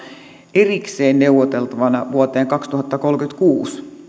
erikseen neuvoteltavana vuoteen kaksituhattakolmekymmentäkuusi